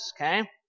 Okay